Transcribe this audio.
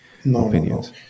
opinions